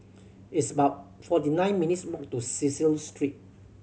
it's about forty nine minutes' walk to Cecil Street